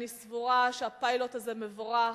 אני סבורה שהפיילוט הזה מבורך,